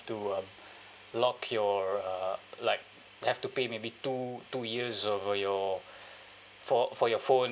to uh lock your uh like have to pay maybe two two years of your for for your phone